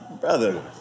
brother